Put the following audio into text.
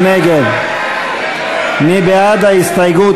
מי נגד?